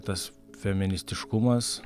tas feministiškumas